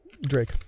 Drake